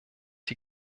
die